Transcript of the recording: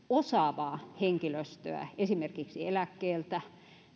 osaavaa henkilöstöä esimerkiksi eläkkeeltä